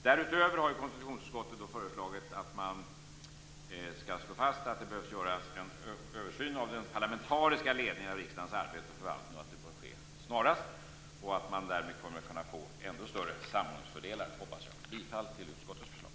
Därutöver har konstitutionsutskottet föreslagit att man skall slå fast att det behöver göras en översyn av den parlamentariska ledningen av riksdagens arbete och förvaltning och att det bör ske snarast och att man därmed hoppas kunna få ännu större samordningsfördelar. Jag yrkar bifall till utskottets förslag.